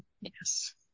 Yes